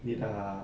你的